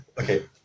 Okay